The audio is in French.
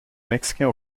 mexicains